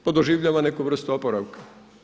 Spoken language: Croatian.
To doživljava neku vrstu oporavka.